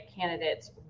candidate's